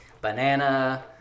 banana